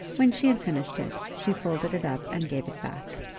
when she had finished it, she folded it up and gave it back.